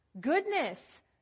goodness